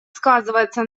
сказывается